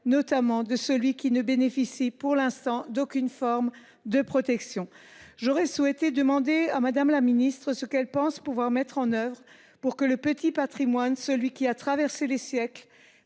notamment de celui qui ne bénéficie pour l’instant d’aucune forme de protection. J’aurais souhaité demander à Mme la ministre ce qu’elle pense pouvoir mettre en œuvre pour que le petit patrimoine, celui qui a traversé les siècles